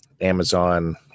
Amazon